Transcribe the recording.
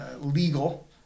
legal